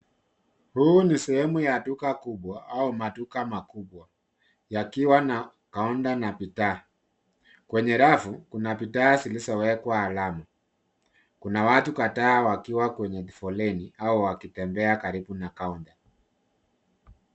Huu ni sehemu ya duka kubwa au maduka makubwa yakiwa na kaunta na bidhaa. Kwenye rafu Kuna bidhaa zilizowekwa alama .Kuna watu kadhaa wakiwa kwenye foleni au wakitembea karibu na kaunta.